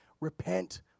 Repent